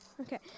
Okay